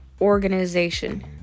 organization